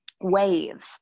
wave